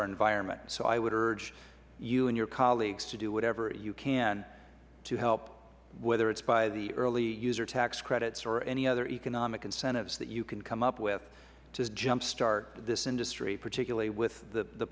our environment and so i would urge you and your colleagues to do whatever you can to help whether it is by the early user tax credits or by any other economic incentives that you can come up with to jump start this industry particularly with the